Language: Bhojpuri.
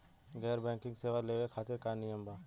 गैर बैंकिंग सेवा लेवे खातिर का नियम बा?